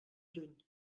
lluny